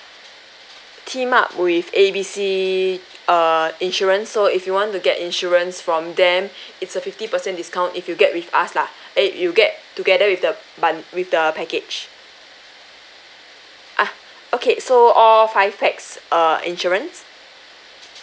teamed up with A_B_C err insurance so if you want to get insurance from them it's a fifty percent discount if you get with us lah eh you get together with the bun~ with the package ah okay so all five pax err insurance